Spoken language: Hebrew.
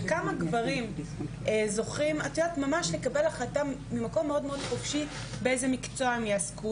וכמה גברים זוכים לקבל החלטה ממקום מאוד מאוד חופשי באיזה מקצוע לעסוק,